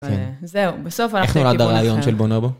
אז זהו, בסוף הלכנו לכיוון אחר.